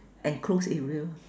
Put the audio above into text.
enclosed area